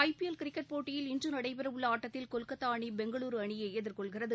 IPL cricket போட்டியில் இன்று நடைபெற உள்ள ஆட்டத்தில் கொல்கத்தா அணி பெங்களுரு அணியை எதிர்கொள்கிறது